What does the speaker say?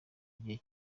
igihe